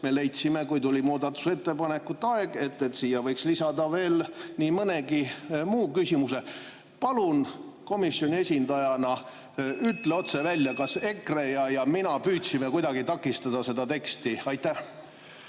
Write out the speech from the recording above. leidsime, kui tuli muudatusettepanekute aeg, et siia võiks lisada veel nii mõnegi muu küsimuse. Palun, komisjoni esindaja, ütle otse välja (Juhataja helistab kella.), kas EKRE ja mina püüdsime kuidagi takistada seda teksti. Aitäh,